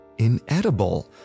inedible